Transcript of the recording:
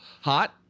hot